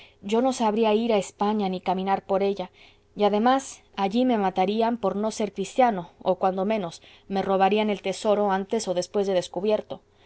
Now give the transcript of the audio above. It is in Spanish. yo no sabría ir a españa ni caminar por ella y además allí me matarían por no ser cristiano o cuando menos me robarían el tesoro antes o después de descubierto